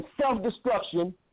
self-destruction